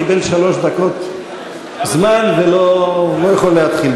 קיבל שלוש דקות זמן ולא יכול להתחיל.